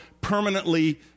permanently